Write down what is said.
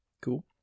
cool